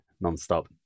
non-stop